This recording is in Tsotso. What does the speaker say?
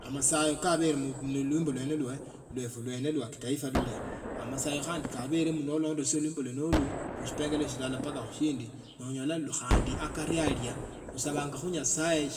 Tmasayo kabele khu luimbo lwene lwefe lava kitaifa luno amasayo ka ndi kabole nolondolasia laimbo lwene ulu mshipengele shilatia mpaka kukushinda khunyala